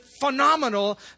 phenomenal